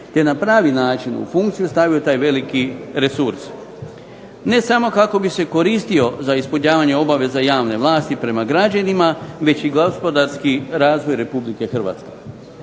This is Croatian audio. te na pravi način u funkciju stavio taj veliki resurs. Ne samo kako bi se koristio za ispunjavanje obaveza javne vlasti prema građanima, već i gospodarski razvoj Republike Hrvatske.